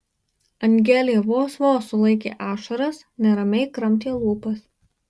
angelė vos vos sulaikė ašaras neramiai kramtė lūpas